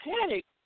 panic